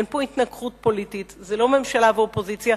אין פה התנגחות פוליטית, זה לא ממשלה ואופוזיציה.